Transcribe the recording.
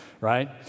right